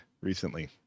recently